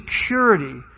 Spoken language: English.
security